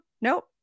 Nope